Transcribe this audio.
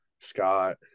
Scott